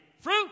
Fruit